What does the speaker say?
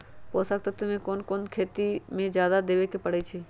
पोषक तत्व क कौन कौन खेती म जादा देवे क परईछी?